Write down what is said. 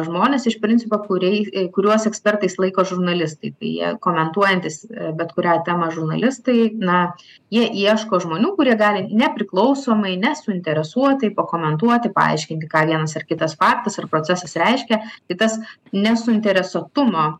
žmones iš principo kuriai kuriuos ekspertais laiko žurnalistai tai jie komentuojantys bet kurią temą žurnalistai na jie ieško žmonių kurie gali nepriklausomai nesuinteresuotai pakomentuoti paaiškinti ką vienas ar kitas faktas ar procesas reiškia tai tas nesuinteresuotumo